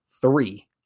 three